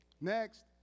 next